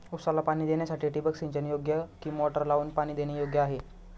ऊसाला पाणी देण्यासाठी ठिबक सिंचन योग्य कि मोटर लावून पाणी देणे योग्य आहे?